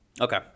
Okay